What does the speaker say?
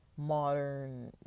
Modern